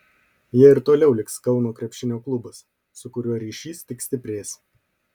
ja ir toliau liks kauno krepšinio klubas su kuriuo ryšys tik stiprės